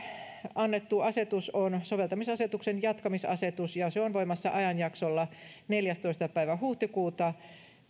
annettu asetus on soveltamisasetuksen jatkamisasetus ja ja se on voimassa ajanjaksolla neljästoista päivä huhtikuuta